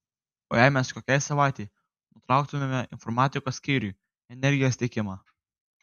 o jei mes kokiai savaitei nutrauktumėme informatikos skyriui energijos tiekimą